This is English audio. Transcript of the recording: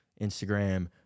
Instagram